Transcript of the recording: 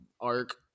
arc